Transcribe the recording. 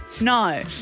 No